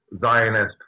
Zionist